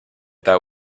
that